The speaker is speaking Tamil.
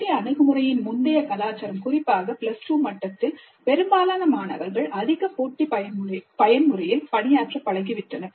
போட்டி அணுகுமுறையின் முந்தைய கலாச்சாரம் குறிப்பாக பிளஸ் டூ மட்டத்தில் பெரும்பாலான மாணவர்கள் அதிக போட்டி பயன்முறையில் பணியாற்றப் பழகிவிட்டனர்